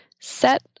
set